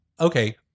okay